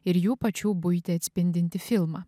ir jų pačių buitį atspindintį filmą